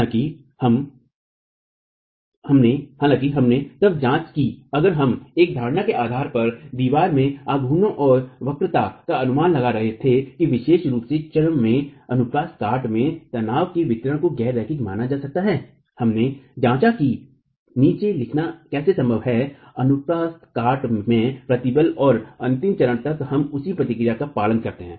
हालाँकि हमने तब जांच की अगर हम एक धारणा के आधार पर दीवार में आघूर्णनों और वक्रता का अनुमान लगा रहे थे कि विशेष रूप से चरम में अनुप्रस्थ काट में तनाव के वितरण को गैर रैखिक माना जा सकता है हमने जांच की कि नीचे लिखना कैसे संभव है अनुप्रस्थ काट में प्रतिबल और अंतिम चरण तक हम उसी प्रक्रिया का पालन करते हैं